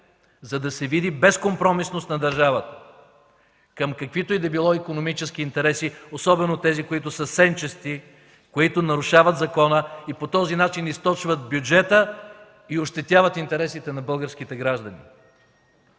за да се види безкомпромисност на държавата към каквито и да било икономически интереси, особено тези, които са сенчести, които нарушават закона и по този начин източват бюджета, ощетяват интересите на българските граждани.